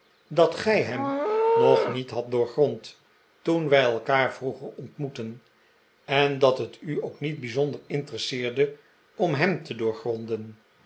dat gij hem nog niet hadt doorgrond toen wij elkaar vroeger ontmoetten en dat het u ook niet bijzonder interesseerde om hem te doorgronden